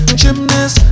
gymnast